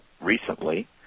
recently